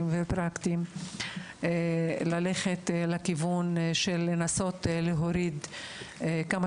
ופרקטיים והליכה לכיוון של ניסיון להוריד עד כמה